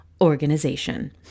organization